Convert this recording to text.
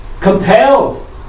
compelled